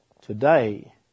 today